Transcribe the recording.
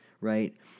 right